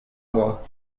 moi